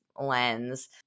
lens